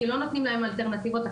כי לא נותנים להם אלטרנטיבות אחרות.